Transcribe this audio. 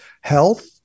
health